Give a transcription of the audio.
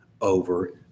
over